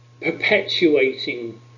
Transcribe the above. perpetuating